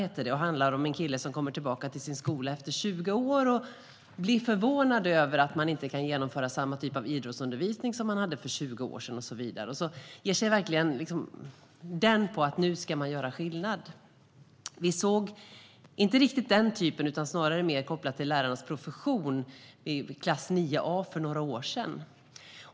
Den handlar om en kille som kommer tillbaka till sin skola efter 20 år och blir förvånad över att man inte kan genomföra samma typ av idrottsundervisning som man hade för 20 år sedan. Han ger sig verkligen den på att nu göra skillnad. Vi såg också inte riktigt den typen utan mer kopplat till lärarens profession i serien Klass 9A för några år sedan.